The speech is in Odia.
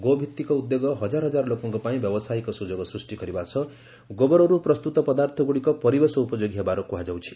ଗୋଭିଭିକ ଉଦ୍ୟୋଗ ହଜାରହଜାର ଲୋକଙ୍କ ପାଇଁ ବ୍ୟବସାୟିକ ସ୍ତଯୋଗ ସୃଷ୍ଟି କରିବା ସହ ଗାଇ ଗୋବରରୁ ପ୍ରସ୍ତୁତ ପଦାର୍ଥଗୁଡ଼ିକ ପରିବେଶ ଉପଯୋଗୀ ହେବାର କୁହାଯାଇଛି